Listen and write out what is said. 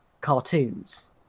cartoons